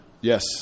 Yes